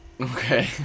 Okay